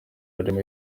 harimo